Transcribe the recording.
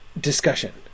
discussion